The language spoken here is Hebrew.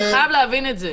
אתה חייב להבין את זה.